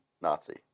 nazi